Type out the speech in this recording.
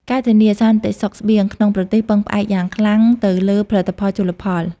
ការធានា សន្តិសុខស្បៀង ក្នុងប្រទេសពឹងផ្អែកយ៉ាងខ្លាំងទៅលើផលិតផលជលផល។